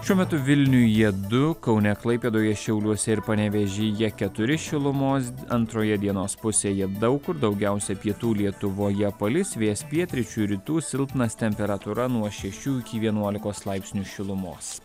šiuo metu vilniuje du kaune klaipėdoje šiauliuose ir panevėžyje keturi šilumos antroje dienos pusėje daug kur daugiausia pietų lietuvoje palis vėjas pietryčių rytų silpnas temperatūra nuo šešių iki vienuolikos laipsnių šilumos